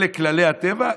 אלה כללי הטבע.